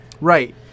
Right